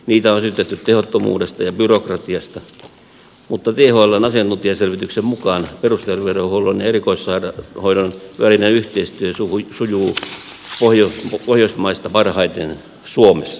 niitä on syytetty tehottomuudesta ja byrokratiasta mutta thln asiantuntijaselvityksen mukaan perusterveydenhuollon ja erikoissairaanhoidon välinen yhteistyö sujuu pohjoismaista parhaiten suomessa